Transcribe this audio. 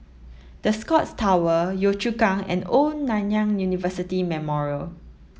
The Scotts Tower Yio Chu Kang and Old Nanyang University Memorial